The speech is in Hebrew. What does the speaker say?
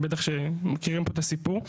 בטח שמכירים פה את הסיפור.